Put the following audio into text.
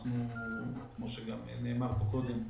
כמו שגם נאמר פה קודם,